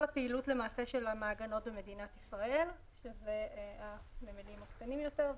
הפעילות של המעגנות במדינת ישראל והנמלים הקטנים יותר.